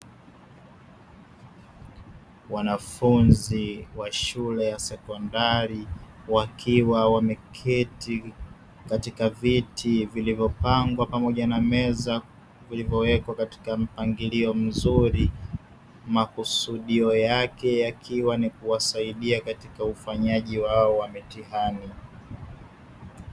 Wanafunzi wa shule ya sekondari wakiwa wameketi katika viti vilivypangwa pamoja na meza, vilivyowekwa katika mpangilio mzuri makusudio yake yakiwa ni kuwasaidia katika ufanyaji wao wa mitihani.